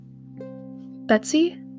betsy